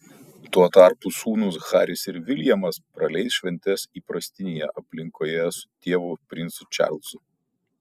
tuo tarpu sūnūs haris ir viljamas praleis šventes įprastinėje aplinkoje su tėvu princu čarlzu